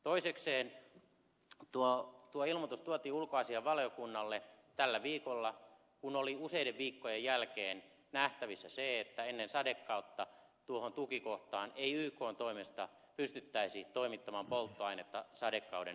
toisekseen tuo ilmoitus tuotiin ulkoasiainvaliokunnalle tällä viikolla kun oli useiden viikkojen jälkeen nähtävissä se että ennen sadekautta tuohon tukikohtaan ei ykn toimesta pystyttäisi toimittamaan polttoainetta sadekauden ajaksi